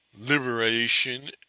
liberation